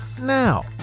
now